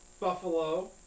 Buffalo